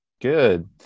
Good